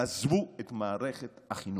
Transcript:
תעזבו את מערכת החינוך.